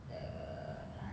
err